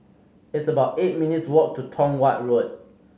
it's about eight minutes' walk to Tong Watt Road